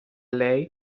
lei